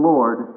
Lord